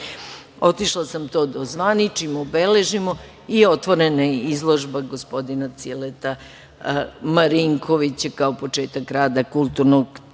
otišla sam to da ozvaničim, obeležimo i otvorena je izložba gospodina Cileta Marinkovića kao početak rada kulturnog centra,